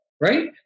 Right